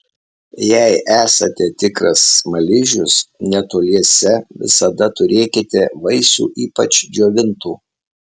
jei esate tikras smaližius netoliese visada turėkite vaisių ypač džiovintų